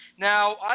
Now